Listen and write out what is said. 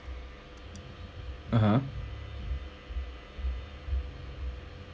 (uh huh)